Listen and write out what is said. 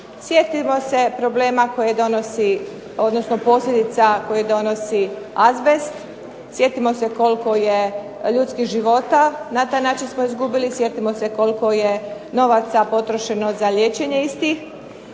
Sjetimo se problema koje donosi, odnosno posljedica koje donosi azbest. Sjetimo se koliko je ljudskih života na taj način smo izgubili. Sjetimo se koliko je novaca potrošeno za liječenje istih.